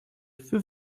für